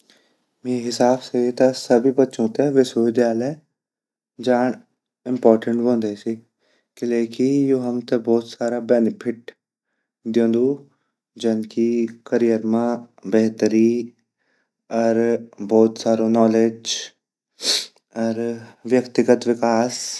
मेरा हिसाब से ता सभी बच्चू ते विश्वविद्यालय जांड इम्पोर्टेन्ट वोन्दु ची किलयेकी यु हमते भोत सारा बेनिफिट दयोन्दू जन की करियर मा बेहतरी अर भोत सारू नॉलेज अर वाग्तिगत विकास।